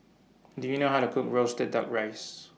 Do YOU know How to Cook Roasted Duck Rice